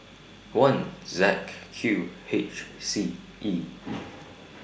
one Z Q H C E